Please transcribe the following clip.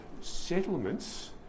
settlements